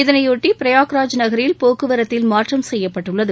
இதனையொட்டி பிரயாக்ராஜ் நகரில் போக்குவரத்தில் மாற்றம் செய்யப்பட்டுள்ளது